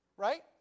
Right